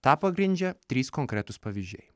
tą pagrindžia trys konkretūs pavyzdžiai